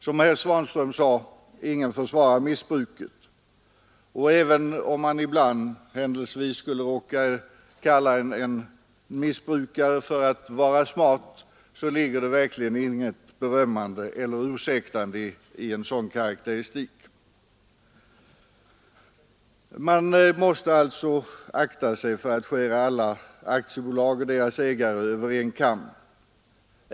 Ingen försvarar missbruket, som herr Svanström sade, och även om man ibland händelsevis skulle råka kalla en missbrukare smart ligger det verkligen inte något berömmande eller ursäktande i en sådan karakteristik. Man måste alltså akta sig för att skära alla aktiebolag och deras ägare över en kam.